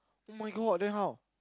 [oh]-my-god then how